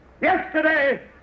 yesterday